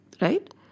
right